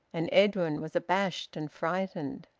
and edwin was abashed and frightened.